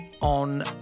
on